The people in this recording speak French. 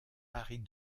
paris